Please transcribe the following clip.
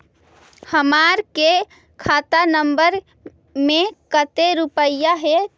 हमार के खाता नंबर में कते रूपैया है?